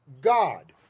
God